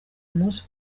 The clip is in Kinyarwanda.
umunsi